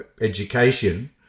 education